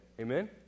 Amen